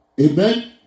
amen